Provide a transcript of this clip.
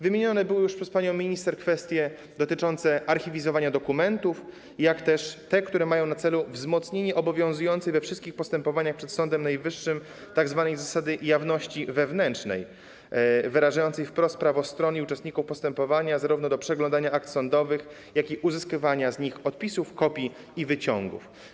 Wymienione były już przez panią minister kwestie dotyczące archiwizowania dokumentów, jak też te, które mają na celu wzmocnienie obowiązującej we wszystkich postępowaniach przed Sądem Najwyższym tzw. zasady jawności wewnętrznej, wyrażającej wprost prawo stron i uczestników postępowania zarówno do przeglądania akt sądowych, jak i uzyskiwania z nich odpisów, kopii i wyciągów.